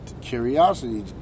curiosity